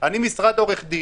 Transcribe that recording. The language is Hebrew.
אני יודעת מה העמדה של כל משרד.